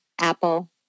apple